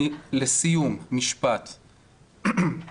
לסיום, אנחנו